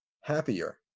happier